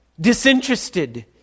Disinterested